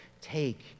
take